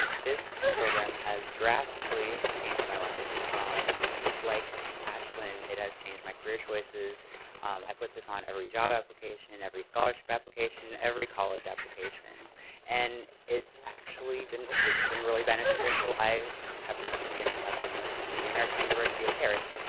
this program has drastically changed my life um it's like ashlin it has changed my career choices i put this on every job application in every scholarship application in every college application and it's actually been it's been really beneficial. i've have recently been accepted into the american university of paris